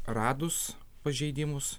radus pažeidimus